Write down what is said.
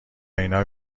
اینا